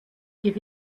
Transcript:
give